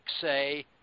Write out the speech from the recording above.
say